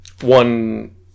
one